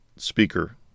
speaker